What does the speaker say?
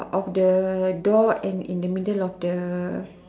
of the door and in the middle of the